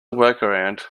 workaround